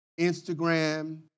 Instagram